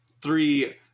three